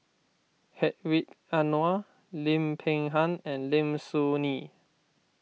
Hedwig Anuar Lim Peng Han and Lim Soo Ngee